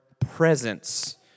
presence